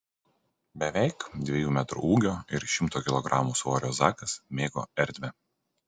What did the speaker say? beveik dviejų metrų ūgio ir šimto kilogramų svorio zakas mėgo erdvę